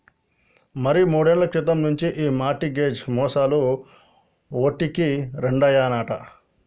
మరి మూడేళ్ల కింది నుంచి ఈ మార్ట్ గేజ్ మోసాలు ఓటికి రెండైనాయట